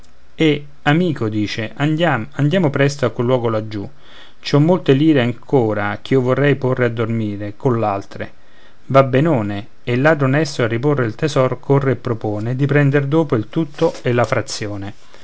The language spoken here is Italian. e amico dice andiam andiamo presto a quel luogo laggiù ci ho molte lire ancora ch'io vorrei porre a dormire coll'altre va benone e il ladro onesto a riporre il tesor corre e propone di prender dopo il tutto e la frazione